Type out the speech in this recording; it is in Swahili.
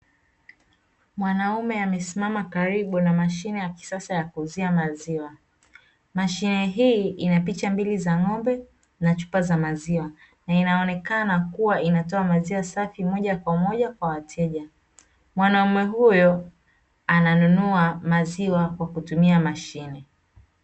Mwanaume amesimama karibu na mashine ya maziwa, mashine hii inapicha mbili za ng'ombe na chupa za maziwa na inaonekana kuwa inatoa maziwa safi moja kwa moja kwa wateja. Mwanaume huyo ananunua maziwa kwa kutumia mashine.